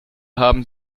haben